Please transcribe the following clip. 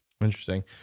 Interesting